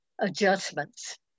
adjustments